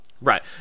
Right